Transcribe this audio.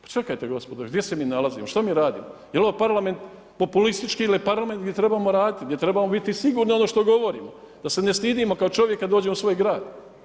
Pa čekajte gospodo, gdje se mi nalazimo, šta mi radimo, je li ovo populistički ili parlamentarni gdje trebamo raditi, gdje trebamo biti sigurni u ono što govorimo da se ne stidimo kao čovjek kada dođemo u svoj grad.